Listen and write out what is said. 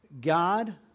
God